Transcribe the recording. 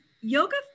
yoga